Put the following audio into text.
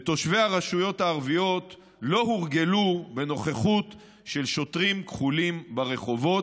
ותושבי הרשויות הערביות לא הורגלו בנוכחות של שוטרים כחולים ברחובות.